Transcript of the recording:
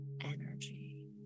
energy